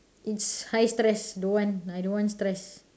it's high stress don't want I don't want stress